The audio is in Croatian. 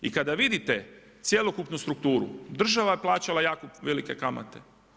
I kada vidite cjelokupnu strukturu, država je plaćala jako velike kamate.